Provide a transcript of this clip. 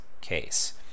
case